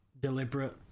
deliberate